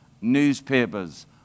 newspapers